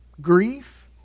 grief